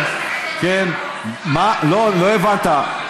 לא הבנת.